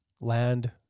land